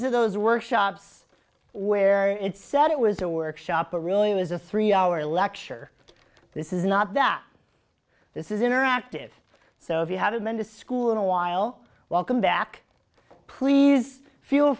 workshops where it said it was a workshop it really was a three hour lecture this is not that this is interactive so if you haven't been to school in a while welcome back please feel